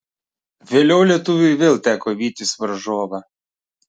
vėliau lietuviui vėl teko vytis varžovą